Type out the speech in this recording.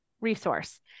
resource